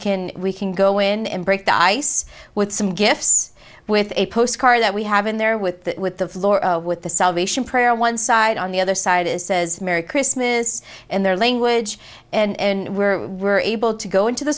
can we can go in and break the ice with some gifts with a postcard that we have in there with that with the floor with the salvation prayer on one side on the other side it says merry christmas and their language and where we were able to go into the